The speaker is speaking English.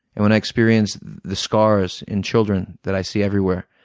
and when i experience the scars in children that i see everywhere,